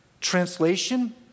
translation